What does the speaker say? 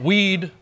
Weed